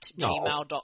gmail.com